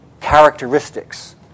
characteristics